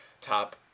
top